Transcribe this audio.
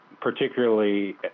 particularly